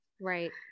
Right